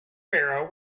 barrow